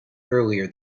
earlier